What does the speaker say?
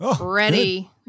Ready